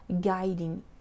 guiding